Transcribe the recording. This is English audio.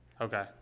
Okay